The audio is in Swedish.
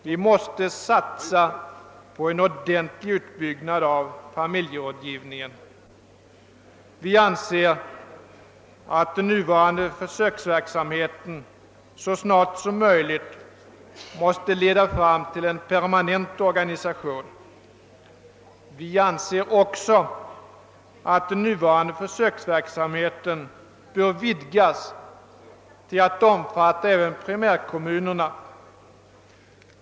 Vi måste satsa på en ordentlig utbyggnad av familjerådgivningen, och vi anser att den nuvarande försöksverksamheten så snart som möjligt måste leda fram till en permanent organisation. Vi menar också att den nuvarande försöksverksamheten bör vidgas till att omfatta även primärkommunerna.